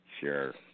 Sure